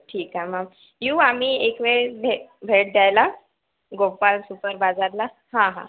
ठीक आहे मग येऊ आम्ही एकवेळेस भे भेट द्यायला गोपाल सुपर बाजारला हा हा